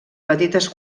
petites